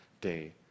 day